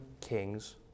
kings